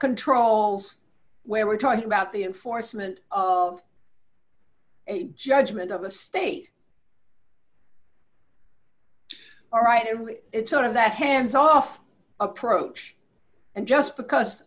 controls where we're talking about the enforcement of a judgment of a state all right and it's sort of that hands off approach and just because